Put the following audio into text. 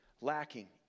lacking